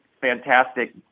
fantastic